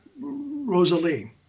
Rosalie